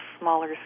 smaller